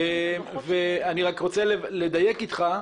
אני רק רוצה לדייק אתך,